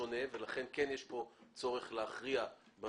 אני חושב שהמצב הוא שונה ולכן כן יש כאן צורך להכריע בנושא.